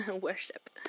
worship